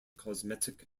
cosmetic